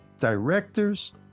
directors